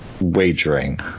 wagering